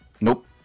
Nope